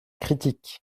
critique